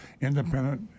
independent